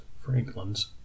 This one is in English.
franklin's